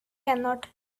cannot